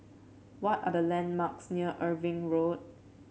what are the landmarks near Irving Road